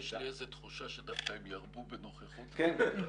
--- יש לי תחושה שהם דווקא ירבו בנוכחות פה.